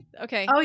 okay